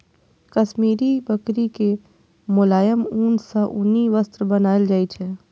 काश्मीरी बकरी के मोलायम ऊन सं उनी वस्त्र बनाएल जाइ छै